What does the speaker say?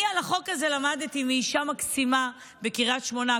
על החוק הזה למדתי מאישה מקסימה בקריית שמונה.